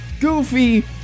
Goofy